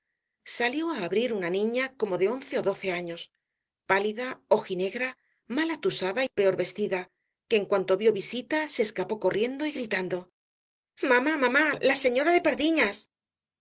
salió á abrir una niña como de once ó doce años pálida ojinegra mal atusada y peor vestida que en cuanto vió visita se escapó corriendo y gritando mamá mamá la señora de